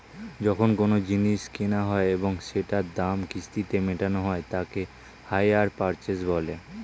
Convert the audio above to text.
যখন কোনো জিনিস কেনা হয় এবং সেটার দাম কিস্তিতে মেটানো হয় তাকে হাইয়ার পারচেস বলে